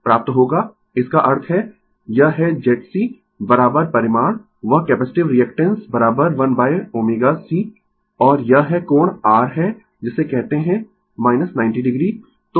प्राप्त होगा इसका अर्थ है यह है Z C परिमाण वह कैपेसिटिव रीएक्टेन्स 1ω C और यह है कोण r है जिसे कहते है 90 o